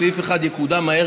סעיף 1 יקודם מהר,